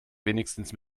wenigstens